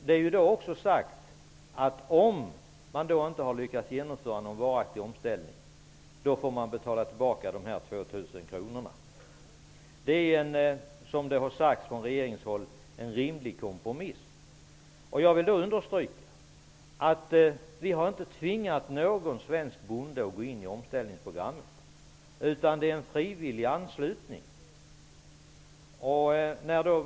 Det är också sagt att om man vid den tidpunkten inte har lyckats genomföra någon varaktig omställning, då får man betala tillbaka de 2 000 kronorna. Det är, som det har sagts från regeringshåll, en rimlig kompromiss. Jag vill understryka att vi inte har tvingat någon svensk bonde att gå in i omställningsprogrammet, utan det är fråga om en frivillig anslutning.